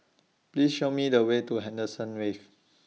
Please Show Me The Way to Henderson Wave